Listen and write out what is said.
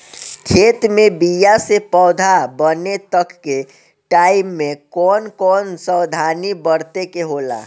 खेत मे बीया से पौधा बने तक के टाइम मे कौन कौन सावधानी बरते के होला?